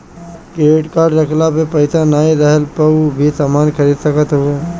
credit card रखला पे पईसा नाइ रहला पअ भी समान खरीद सकत हवअ